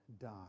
die